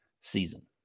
season